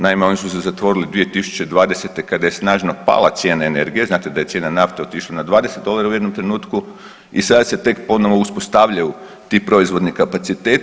Naime, oni su se zatvorili 2020. kada je snažno pala cijena energije, znate da je cijena nafte otišla na 20 eura u jednom trenutku i sada se tek ponovno uspostavljaju ti proizvodni kapaciteti.